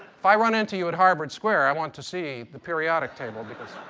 if i run into you at harvard square, i want to see the periodic table, because